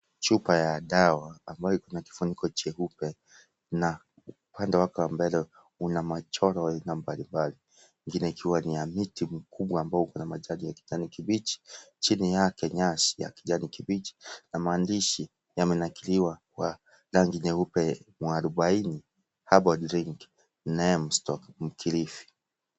Chupa ya dawa , ambayo ina kifuniko cheupe na upande wake wa mbele una michoro aina mbalimbali , ingine ikiwa ni ya mti mkubwa ambao uko na matawi ya kijani kibichi ,chini yake nyasi ya kijani kibichi . Maandishi yamenakiliwa kwa rangi nyeupe ; Muarubaini Herbal Drink ,Neem / Mkilifi .